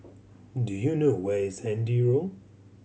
do you know where is Handy Road